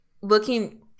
looking